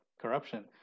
corruption